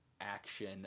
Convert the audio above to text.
action